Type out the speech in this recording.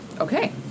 okay